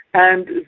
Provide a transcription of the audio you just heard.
and